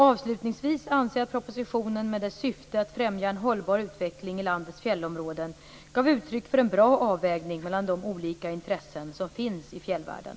Avslutningsvis anser jag att propositionen med dess syfte att främja en hållbar utveckling i landets fjällområden gav uttryck för en bra avvägning mellan de olika intressen som finns i fjällvärlden.